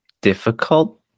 difficult